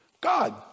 God